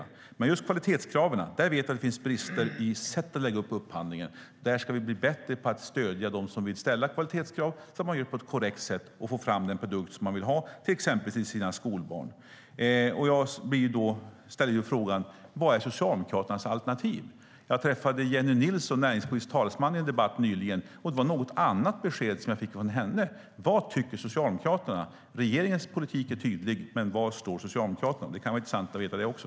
Vi vet att det finns brister när det gäller kvalitetskraven i sättet att lägga upp upphandlingen, och vi ska bli bättre på att stödja dem som vill ställa kvalitetskrav. Det ska göras på ett korrekt sätt så att man får fram den produkt som man vill ha till exempel till sina skolbarn. Jag ställer frågan: Vad är Socialdemokraternas alternativ? Jag mötte Jennie Nilsson, näringspolitisk talesman, i en debatt nyligen, och det var ett något annorlunda besked som jag fick av henne. Vad tycker Socialdemokraterna? Regeringens politik är tydlig. Men var står Socialdemokraterna? Det kan vara intressant att veta det också.